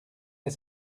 est